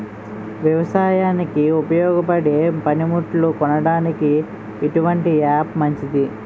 వ్యవసాయానికి ఉపయోగపడే పనిముట్లు కొనడానికి ఎటువంటి యాప్ మంచిది?